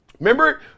Remember